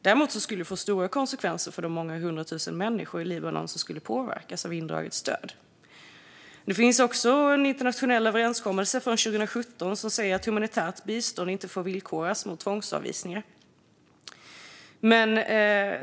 Däremot skulle det få stora konsekvenser för de många hundra tusen människor i Libanon som skulle påverkas av indraget stöd. Det finns också en internationell överenskommelse från 2017 som säger att humanitärt bistånd inte får villkoras mot tvångsavvisningar.